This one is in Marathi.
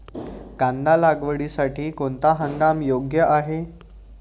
कांदा लागवडीसाठी कोणता हंगाम योग्य आहे?